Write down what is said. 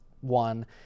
one